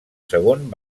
segon